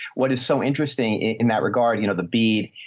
what is so interesting in that regard, you know, the bead.